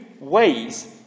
ways